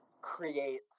creates